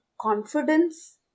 confidence